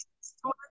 store